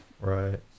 Right